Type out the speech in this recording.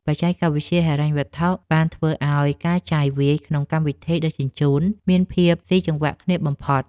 បច្ចេកវិទ្យាហិរញ្ញវត្ថុបានធ្វើឱ្យការចាយវាយក្នុងកម្មវិធីដឹកជញ្ជូនមានភាពស៊ីចង្វាក់គ្នាបំផុត។